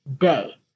day